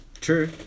True